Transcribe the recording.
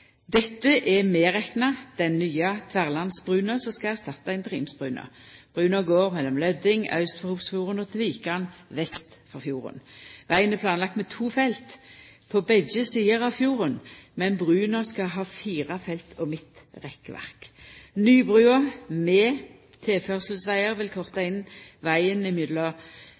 Dette er medrekna den nye Tverlandsbrua, som skal erstatta interimsbrua. Brua går mellom Løding, aust for Hopsfjorden, og til Vikan, vest for fjorden. Vegen er planlagd med to felt på begge sider av fjorden, men brua skal ha fire felt og midtrekkverk. Nybrua, med tilførselsvegar, vil korta inn vegen